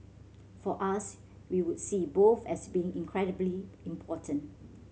for us we would see both as being incredibly important